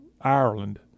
Ireland